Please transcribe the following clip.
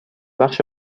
بخش